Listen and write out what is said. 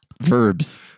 verbs